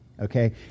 Okay